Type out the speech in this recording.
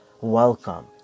Welcome